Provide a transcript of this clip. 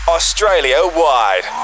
Australia-wide